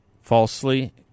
falsely